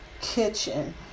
kitchen